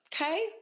Okay